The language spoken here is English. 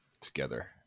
together